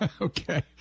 Okay